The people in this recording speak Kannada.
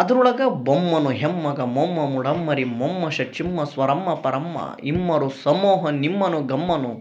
ಅದ್ರೊಳಗ ಬೊಮ್ಮನು ಹೆಮ್ಮಗ ಮೊಮ್ಮ ಮುಡಮ್ಮರಿ ಮೊಮ್ಮಷ ಚಿಮ್ಮ ಸ್ವರಮ್ಮಪ ರಮ್ಮ ಇಮ್ಮರು ಸಮ್ಮೋಹ ನಿಮ್ಮನು ಗಮ್ಮನು